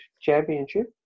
Championship